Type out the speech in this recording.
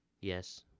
Yes